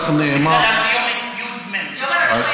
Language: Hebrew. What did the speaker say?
יום הלשון העברית.